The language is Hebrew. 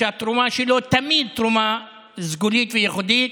שהתרומה שלו תמיד תרומה סגולית וייחודית,